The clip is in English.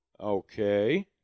Okay